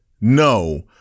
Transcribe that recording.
No